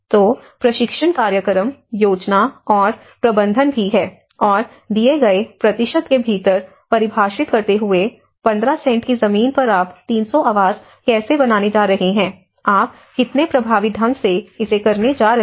तो प्रशिक्षण कार्यक्रम योजना और प्रबंधन भी है और दिए गए प्रतिशत के भीतर परिभाषित करते हुए 15 सेंट की जमीन पर आप 300 आवास कैसे बनाने जा रहे हैं आप कितने प्रभावी ढंग से इसे करने जा रहे हैं